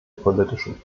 politischen